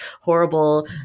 horrible